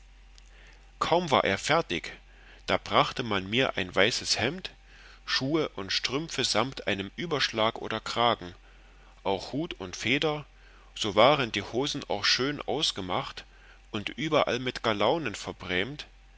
kaum war er fertig da brachte man mir ein weißes hemd schuhe und strümpfe samt einem überschlag oder kragen auch hut und feder so waren die hosen auch schön ausgemacht und überall mit galaunen verbrämt